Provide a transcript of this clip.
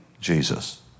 Jesus